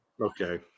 Okay